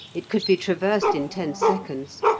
it could be traversed in ten seconds,